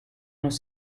unos